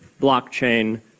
blockchain